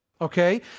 Okay